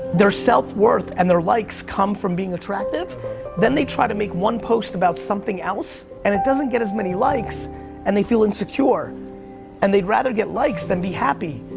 they're self worth and their likes come from being attractive then they try to make one post about something else and it doesn't get as many likes and they feel insecure and they'd rather get likes than be happy.